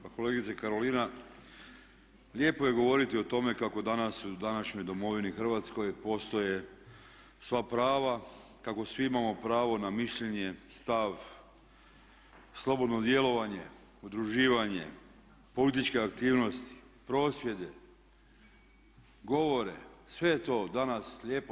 Pa kolegice Karolina, lijepo je govoriti o tome kako danas u današnjoj domovini Hrvatskoj postoje sva prava, kako svi imamo pravo na mišljenje, stav, slobodno djelovanje, udruživanje, političke aktivnosti, prosvjede, govore sve je to danas lijepo.